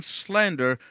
slander